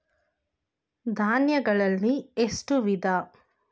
ಧಾನ್ಯಗಳಲ್ಲಿ ಎಷ್ಟು ವಿಧ?